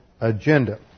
agenda